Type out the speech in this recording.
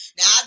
Now